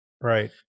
Right